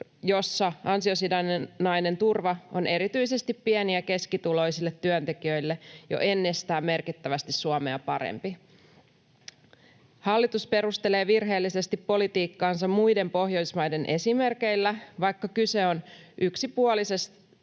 missä ansiosidonnainen turva on erityisesti pieni- ja keskituloisille työntekijöille jo ennestään merkittävästi Suomea parempi. Hallitus perustelee virheellisesti politiikkaansa muiden Pohjoismaiden esimerkeillä, vaikka kyse on yksipuolisista